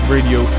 Radio